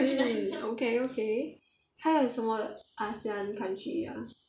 hmm okay okay 还有什么 ASEAN country ah